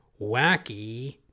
wacky